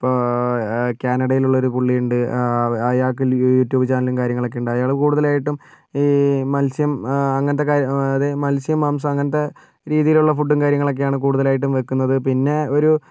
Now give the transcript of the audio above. ഇപ്പോൾ കാനഡയിൽ ഉള്ള ഒരു പുള്ളിയുണ്ട് അയാൾക്ക് യു യൂട്യൂബ് ചാനലും കാര്യങ്ങളൊക്കെയുണ്ട് അയാൾ കൂടുതൽ ആയിട്ടും ഈ മത്സ്യം അങ്ങനത്തെ അതായത് മത്സ്യം മാംസം അങ്ങനത്തെ രീതിയിലുള്ള ഫുഡും കാര്യങ്ങളൊക്കെയാണ് കൂടുതലായിട്ടും വെക്കുന്നത് പിന്നെ ഒരു